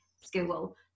school